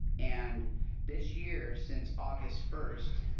and this year, since august first,